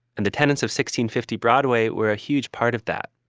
and the tenants of sixteen fifty broadway were a huge part of that.